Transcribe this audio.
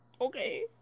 Okay